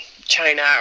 China